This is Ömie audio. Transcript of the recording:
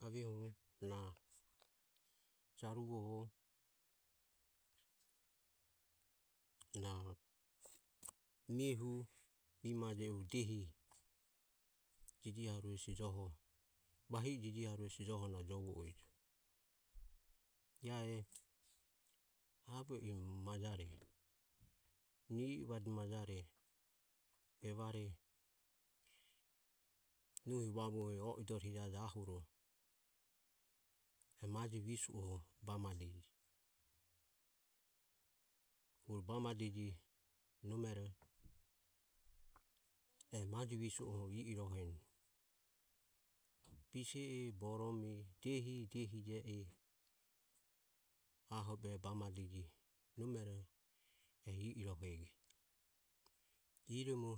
Aveho na jaruvo na miehu mimajehu diehi jijiharue o vahi e jijiharue hesi joho jovo ejo. Iae aevo i majare ni i ivade majare evare nohi vavue o i dore hijaje ahuro maje visuoho bamadeje. Huro bamadeje nomero e maje visue i i roheni bise e borome diehi diehije e aho bamadeje nomero i i rohego iromo